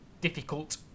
difficult